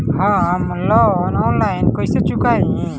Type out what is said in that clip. हम loan online कइसे चुकाई?